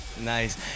Nice